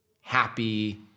happy